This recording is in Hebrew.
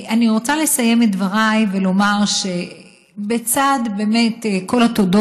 אני רוצה לסיים את דבריי ולומר שבצד כל התודות,